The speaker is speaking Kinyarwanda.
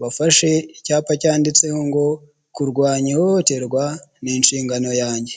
bafashe icyapa cyanditseho ngo “ Kurwanya ihohoterwa n’inshingano yange”.